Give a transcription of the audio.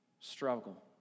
struggle